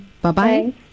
Bye-bye